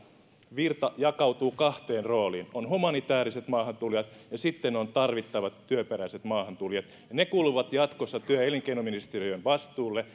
virta jakautuu kahteen rooliin on humanitääriset maahantulijat ja sitten on tarvittavat työperäiset maahantulijat ne kuuluvat jatkossa työ ja elinkeinoministeriön vastuulle